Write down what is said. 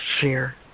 fear